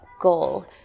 goal